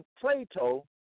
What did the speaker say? Plato